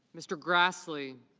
mr. grassley.